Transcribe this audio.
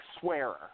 swearer